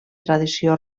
tradició